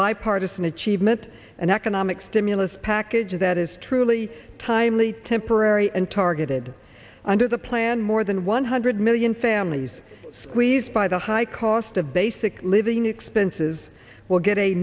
bipartisan achievement an economic stimulus package that is truly timely temporary and targeted under the plan more than one hundred million families squeezed by the high cost of basic living expenses will get a